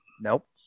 Nope